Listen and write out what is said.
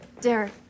Derek